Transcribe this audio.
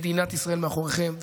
מדינת ישראל מאחוריכם,